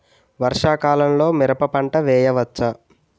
వర్షాకాలంలో మిరప పంట వేయవచ్చా?